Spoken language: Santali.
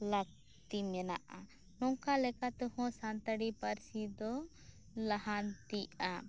ᱞᱟᱹᱠᱛᱤ ᱢᱮᱱᱟᱜᱼᱟ ᱱᱚᱝᱠᱟ ᱞᱮᱠᱟᱛᱮᱦᱚᱸ ᱥᱟᱱᱛᱟᱲᱤ ᱯᱟᱹᱨᱥᱤ ᱫᱚ ᱞᱟᱦᱟᱱᱛᱤᱜᱼᱟ